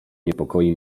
niepokoi